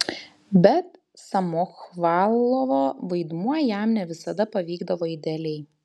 bet samochvalovo vaidmuo jam ne visada pavykdavo idealiai